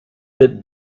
bit